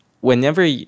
Whenever